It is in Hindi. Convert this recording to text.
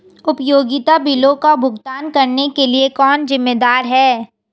उपयोगिता बिलों का भुगतान करने के लिए कौन जिम्मेदार है?